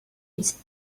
its